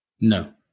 No